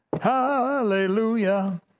Hallelujah